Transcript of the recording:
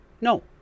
No